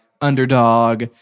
underdog